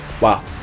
Wow